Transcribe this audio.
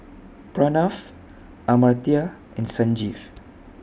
Pranav Amartya and Sanjeev